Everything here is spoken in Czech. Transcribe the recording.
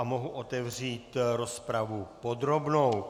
Mohu otevřít rozpravu podrobnou.